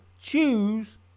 choose